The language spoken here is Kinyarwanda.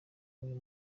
uyu